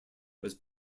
was